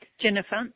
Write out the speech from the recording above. Jennifer